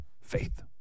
Faith